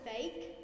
fake